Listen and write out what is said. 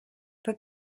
but